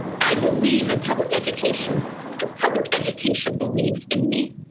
i believe in public education because public education believes in me.